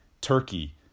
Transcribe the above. Turkey